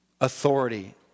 authority